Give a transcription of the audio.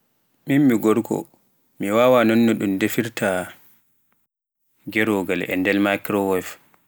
Min mi gorko mi wawaa nonno un defirta keroogal e nder makirowev.